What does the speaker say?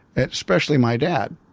especially my dad?